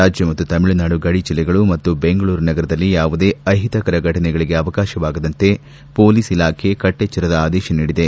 ರಾಜ್ಯ ಮತ್ತು ತಮಿಳುನಾಡು ಗಡಿ ಜಿಲ್ಲೆಗಳು ಮತ್ತು ಬೆಂಗಳೂರು ನಗರದಲ್ಲಿ ಯಾವುದೇ ಅಹಿತಕರ ಘಟನೆಗಳಿಗೆ ಅವಕಾಶವಾಗದಂತೆ ಮೊಲೀಸ್ ಇಲಾಖೆ ಕಟ್ಲೆಚ್ಲರದ ಆದೇಶ ನೀಡಿದೆ